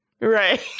Right